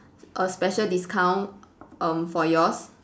a special discount um for yours